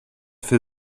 für